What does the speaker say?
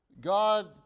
God